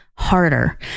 harder